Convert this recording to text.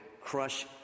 crush